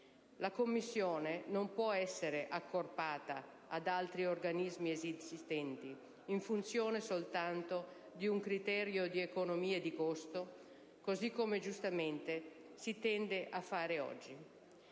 La Commissione non può essere accorpata ad altri organismi esistenti in funzione soltanto di un criterio di economie di costo, così come, giustamente, si tende a fare oggi.